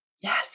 Yes